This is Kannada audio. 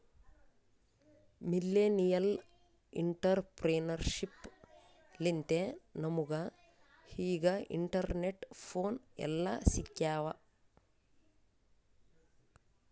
ಮಿಲ್ಲೆನಿಯಲ್ ಇಂಟರಪ್ರೆನರ್ಶಿಪ್ ಲಿಂತೆ ನಮುಗ ಈಗ ಇಂಟರ್ನೆಟ್, ಫೋನ್ ಎಲ್ಲಾ ಸಿಕ್ಯಾವ್